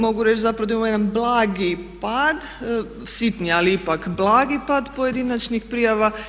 Mogu reći zapravo da imamo jedna blagi pad, sitni ali ipak pad pojedinačnih prijava.